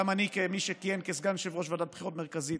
גם אני כמי שכיהן כסגן יושב-ראש ועדת הבחירות המרכזית,